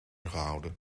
gehouden